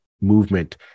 movement